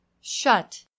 shut